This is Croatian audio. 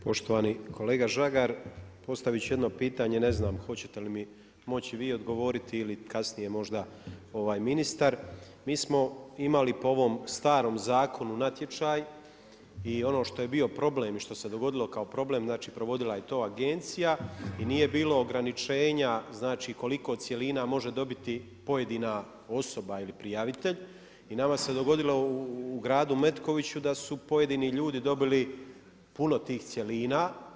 Poštovani kolega Žagar, postaviti ću jedno pitanje, ne znam hoćete li mi moći vi odgovoriti ili kasnije možda ovaj ministar, mi smo imali po ovom starom zakonu natječaj i ono što je bio problem i što se dogodilo kao problem, znači provodila je to agencija i nije bilo ograničenja, znači koliko cjelina može dobiti pojedina osoba ili prijavitelj i nama se dogodilo u gradu Metkoviću, da su pojedini ljudi dobili puno tih cjelina.